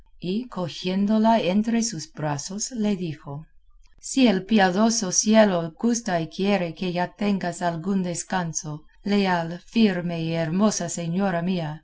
y cogiéndola entre sus brazos le dijo si el piadoso cielo gusta y quiere que ya tengas algún descanso leal firme y hermosa señora mía